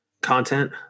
content